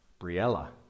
Briella